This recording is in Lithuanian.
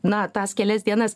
na tas kelias dienas